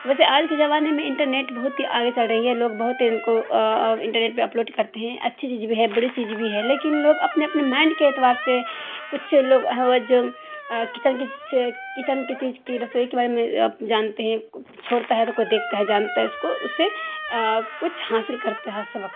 ویسے آج کے زمانے میں انٹرنیٹ بہت ہی آگے چل رہی ہے لوگ بہت ان کو انٹرنیٹ پہ اپلوڈ کرتے ہیں اچھی چیز بھی ہیں بری چیز بھی ہیں لیکن لوگ اپنے اپنے مائنڈ کے اعتبار سے کچھ لوگ ہوا جو کچن کی کچن کی چیز کی رسوئی کے بارے میں جانتے ہیں چھوڑتا ہے تو کوئی دیکھتا ہے جانتا ہے اس کو اس سے کچھ حاصل کرتا ہے سبق